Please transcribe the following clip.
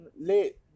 late